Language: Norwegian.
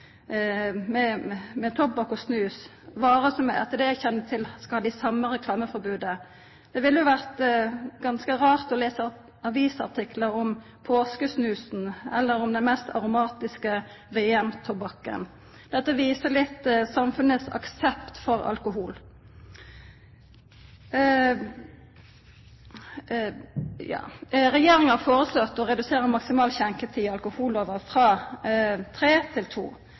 med tobakk og snus, varer som etter det eg kjenner til, skal ha det same reklameforbodet. Det ville ha vore ganske rart å lesa avisartiklar om påskesnusen, eller om den mest aromatiske VM-tobakken. Dette viser litt av samfunnet sin aksept for alkohol. Regjeringa har foreslått å redusera maksimal skjenketid i alkohollova frå kl. 03.00 til